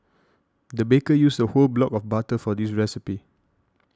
the baker used a whole block of butter for this recipe